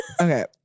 Okay